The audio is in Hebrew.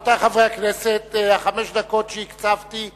רבותי חברי הכנסת, חמש הדקות שהקצבתי תמו,